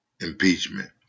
impeachment